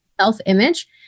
self-image